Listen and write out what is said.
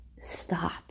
Stop